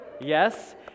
yes